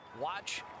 Watch